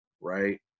right